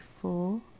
four